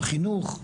החינוך,